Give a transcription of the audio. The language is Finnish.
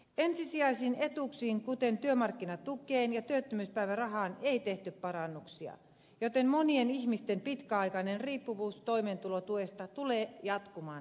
ensisijaisiin etuuksiin kuten työmarkkinatukeen ja työttömyyspäivärahaan ei tehty parannuksia joten monien ihmisten pitkäaikainen riippuvuus toimeentulotuesta tulee jatkumaan edelleen